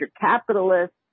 capitalists